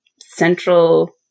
central